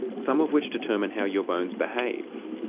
some of which determine how your bones behave.